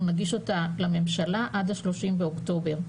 נגיש אותה לממשלה עד ה-30 באוקטובר.